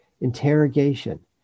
Interrogation